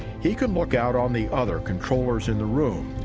he can look out on the other controllers in the room,